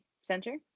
center